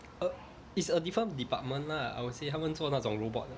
uh it's a different department lah I would say 他们做那种 robot 的